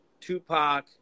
Tupac